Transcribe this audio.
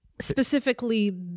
specifically